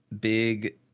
big